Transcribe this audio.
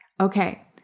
Okay